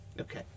Okay